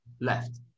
left